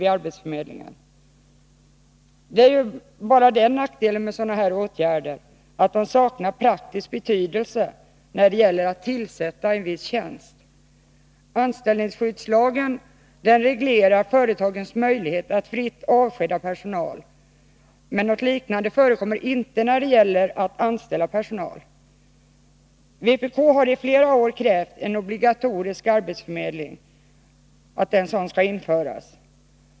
Sådana åtgärder har emellertid den nackdelen att de saknar praktisk betydelse när det gäller att tillsätta en viss tjänst. Lagen om anställningsskydd reglerar företagens möjligheter att fritt avskeda personal, men något liknande förekommer inte när det gäller att anställa personal. Vpk har i flera år krävt att en obligatorisk arbetsförmedling skall inrättas.